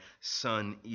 son